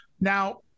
Now